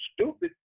stupid